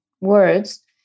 words